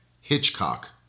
Hitchcock